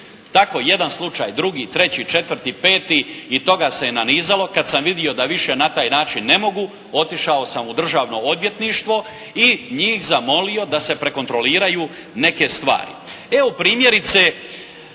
Tako jedan slučaj, drugi, treći, četvrti, peti i toga se nanizalo. Kad sam vidio da više na taj način ne mogu otišao sam u Državno odvjetništvo i njih zamolio da se prekontroliraju neke stvari. Evo primjerice,